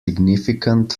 significant